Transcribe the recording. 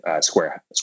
square